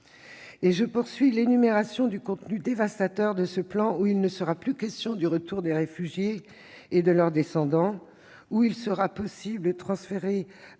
Poursuivons l'énumération du contenu dévastateur de ce plan : il ne sera plus question du retour des réfugiés et de leurs descendants, il sera possible de transférer